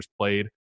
played